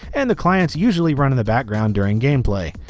and the client's usually run in the background during gameplay.